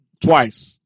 twice